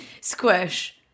Squish